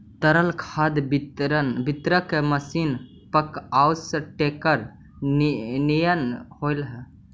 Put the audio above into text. तरल खाद वितरक मशीन पअकसर टेंकर निअन होवऽ हई